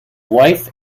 wife